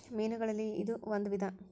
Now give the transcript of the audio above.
ಮೇನುಗಳಲ್ಲಿ ಇದು ಒಂದ ವಿಧಾ